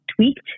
tweaked